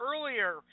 earlier